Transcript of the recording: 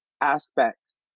aspects